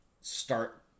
start